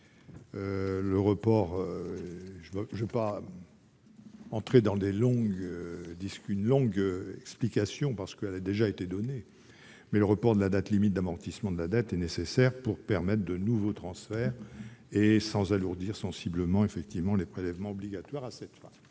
Je n'entrerai pas dans une longue explication, car celle-ci a déjà été donnée. Le report de la date limite d'amortissement de la dette est nécessaire pour permettre de nouveaux transferts, sans alourdir sensiblement les prélèvements obligatoires. Quel